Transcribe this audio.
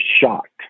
shocked